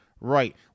right